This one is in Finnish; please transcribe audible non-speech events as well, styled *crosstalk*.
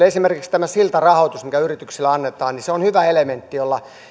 *unintelligible* esimerkiksi tämä siltarahoitus mikä yrityksille annetaan on hyvä elementti jolla